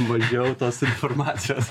mažiau tas informacijos